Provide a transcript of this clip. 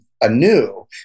anew